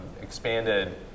expanded